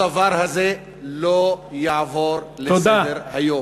הדבר הזה לא יעבור לסדר-היום.